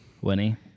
Winnie